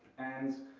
and